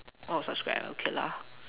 orh subscribe okay lah